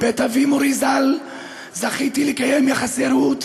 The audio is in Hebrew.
בבית אבי מורי ז"ל זכיתי לקיים יחסי רעות